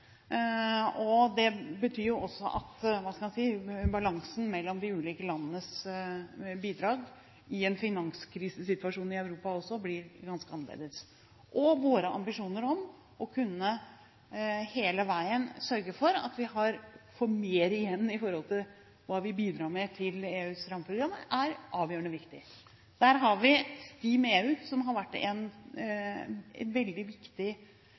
Det betyr at balansen mellom de ulike landenes bidrag i en finanskrisesituasjon i Europa også blir ganske annerledes. Våre ambisjoner om hele veien å kunne sørge for at vi får mer igjen i forhold til hva vi bidrar med til EUs rammeprogram, er avgjørende viktig. Der har vi STEAM, som har vært veldig viktig